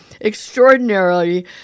extraordinarily